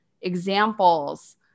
examples